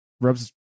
rubs